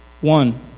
One